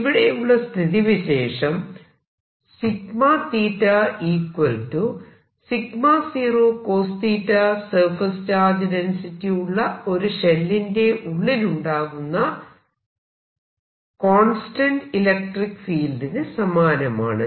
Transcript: ഇവിടെയുള്ള സ്ഥിതി വിശേഷം 𝝈𝝷 𝝈0 cos 𝛉 സർഫേസ് ചാർജ് ഡെൻസിറ്റി ഉള്ള ഒരു ഷെല്ലിന്റെ ഉള്ളിലുണ്ടാകുന്ന കോൺസ്റ്റന്റ് ഇലക്ട്രിക്ക് ഫീൽഡിന് സമാനമാണ്